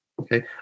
Okay